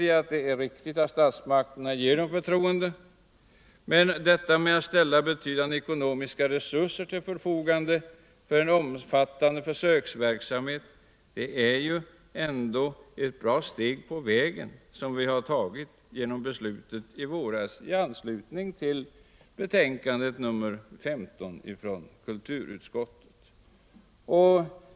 Men genom riksdagsbeslutet i våras i anslutning till kulturutskottets betänkande nr 15, då det ställdes betydande ekonomiska resurser till förfogande för en omfattande försöksverksamhet, är väl ändå taget ett bra steg på vägen.